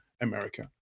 America